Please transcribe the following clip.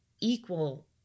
equal